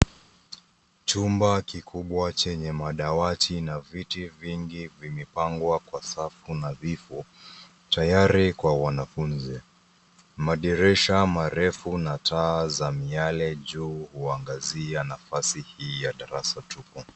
Chumba kikubwa chenye madawati na viti vingi vimepangwa kwa safu na viko tayari kwa wanafunzi, madirisha marefu na taa za miale juu huangazia nafasi hii ya darasa tupu.